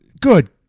good